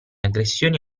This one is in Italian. aggressioni